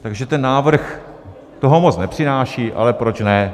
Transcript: Takže ten návrh toho moc nepřináší, ale proč ne.